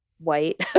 white